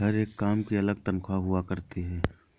हर एक काम की अलग तन्ख्वाह हुआ करती है